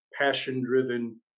passion-driven